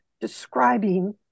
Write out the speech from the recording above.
describing